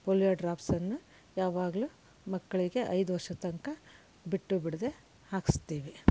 polio ಡ್ರಾಪ್ಸನ್ನು ಯಾವಾಗಲೂ ಮಕ್ಕಳಿಗೆ ಐದು ವರ್ಷದ ತನಕ ಬಿಟ್ಟು ಬಿಡದೇ ಹಾಕಿಸ್ತೀವಿ